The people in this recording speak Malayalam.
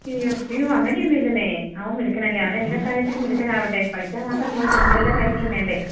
അയ്യോ അയ്യോ അങ്ങനെ ഒന്നും ഇല്ലന്നേ അവൻ മിടുക്കനല്ലേ അവൻ എല്ലാ കാര്യത്തിലും മിടുക്കനാവട്ടെ പഠിച്ചാൽ മാത്രം പോരല്ലൊ നമുക്ക് എല്ലാ കാര്യങ്ങളും വേണ്ടേ